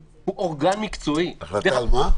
הוא אורגן מקצועי --- החלטה על מה?